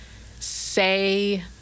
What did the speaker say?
say